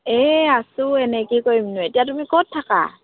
এই আছো এনেই কি কৰিমনো এতিয়া তুমি ক'ত থাকা